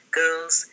girls